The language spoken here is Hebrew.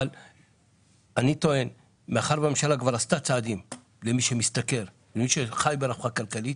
אבל מאחר שהממשלה כבר עשתה צעדים לטובת מי שמשתכר וחי ברווחה כלכלית,